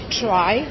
try